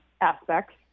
aspects